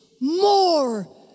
more